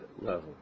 level